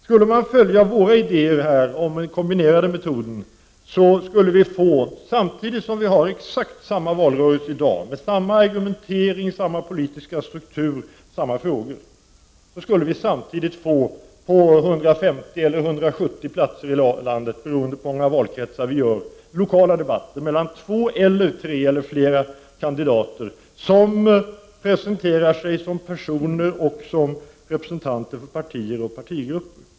Skulle man följa våra idéer om den kombinerade metoden, skulle vi samtidigt som vi har exakt samma valrörelse som i dag, med samma argumentering, samma politiska struktur och samma frågor, på 150 eller 170 platser i landet — beroende på hur många valkretsar vi skapar — få lokala debatter mellan två eller tre eller flera kandidater, som presenterar sig som personer och som representanter för partier och partigrupper.